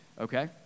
okay